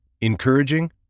Encouraging